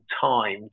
time